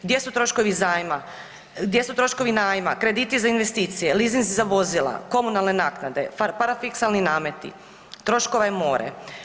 Gdje su troškovi zajma, gdje su troškovi najma, krediti za investicije, lizinzi za vozila, komunalne naknade, parafiskalne nameti, troškova je more.